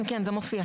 זה מופיע.